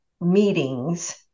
meetings